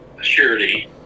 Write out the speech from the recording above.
surety